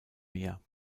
meer